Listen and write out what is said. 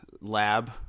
Lab